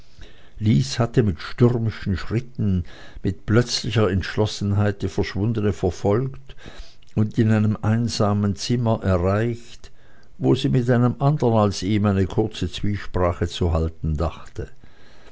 lys hatte mit stürmischen schritten mit plötzlicher entschlossenheit die verschwundene verfolgt und in einem einsamen zimmer erreicht wo sie mit einem andern als ihm eine kurze zwiesprache zu halten dachte